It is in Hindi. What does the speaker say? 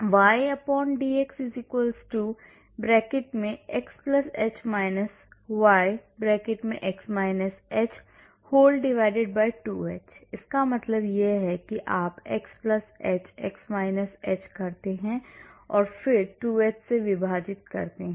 ydx xh - y 2h इसका मतलब है कि आप x h x h करते हैं और फिर 2h से विभाजित करते हैं